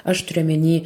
aš turiu omeny